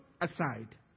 aside